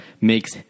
makes